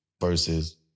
versus